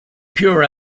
pure